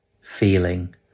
feeling